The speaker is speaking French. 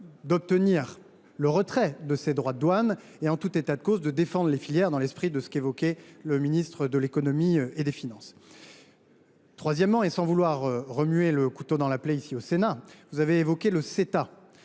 d’obtenir le retrait de ces droits de douane et, en tout état de cause, celle de défendre les filières, comme l’évoquait à l’instant le ministre de l’économie et des finances. Par ailleurs, et sans vouloir remuer le couteau dans la plaie, ici, au Sénat, vous avez évoqué le Ceta